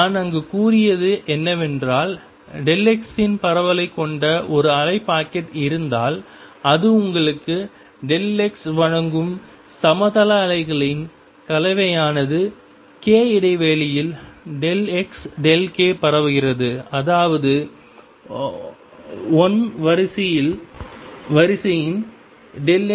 நான் அங்கு கூறியது என்னவென்றால் x இன் பரவலைக் கொண்ட ஒரு அலை பாக்கெட் இருந்தால் இது உங்களுக்கு k வழங்கும் சமதள அலைகளின் கலவையானது k இடைவெளியில் xk பரவுகிறது அதாவது 1 வரிசையின்xk